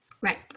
Right